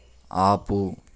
ఆపు